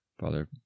Father